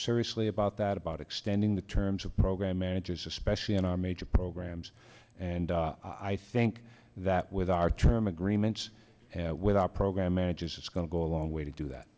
seriously about that about extending the terms of program managers especially in our major programs and i think that with our term agreements with our program managers it's going to go a long way to do that